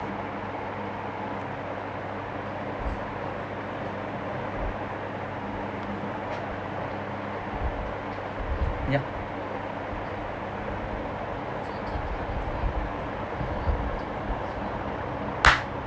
yeah